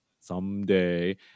someday